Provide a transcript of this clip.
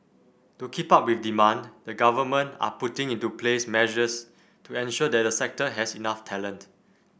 to keep up with demand the government are putting into place measures to ensure that the sector has enough talent